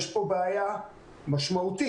יש פה בעיה משמעותית.